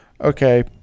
Okay